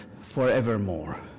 forevermore